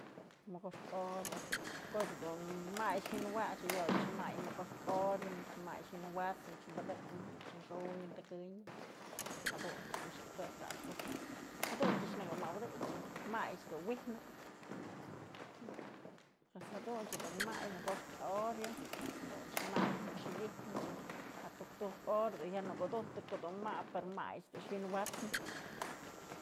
Mokoxkë hora, koch dun may wi'inwach jayoyëch may mokoxkë hora manityë may wi'in wat'snë manytëch bëdëtnë manytë xunyë tëkënyë jaduntyë, jaduntyë nëkë mabëdëkyë mayëch dun wi'ijnëp pues jadun dun may mokoxkë hora jadun may dun wi'ijnë ja tuktuk hora dun jya nëkudujtë ko'o dun mabë may dun wi'inwat'snë.